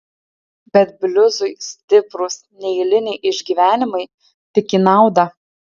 bet bliuzui stiprūs neeiliniai išgyvenimai tik į naudą